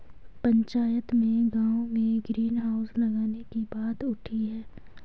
पंचायत में गांव में ग्रीन हाउस लगाने की बात उठी हैं